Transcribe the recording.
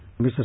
Mr